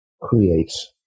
creates